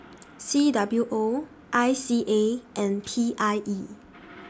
C W O I C A and P I E